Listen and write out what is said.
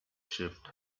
shift